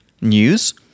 news